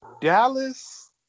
Dallas